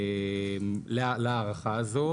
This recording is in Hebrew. להארכה הזו,